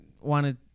wanted